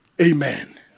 Amen